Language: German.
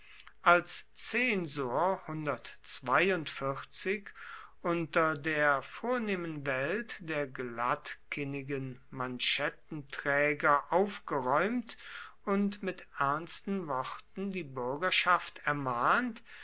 als zensor unter der vornehmen welt der glattkinnigen manschettenträger aufgeräumt und mit ernsten worten die bürgerschaft ermahnt